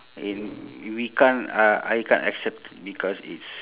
in we can't uh I can't accept it because it's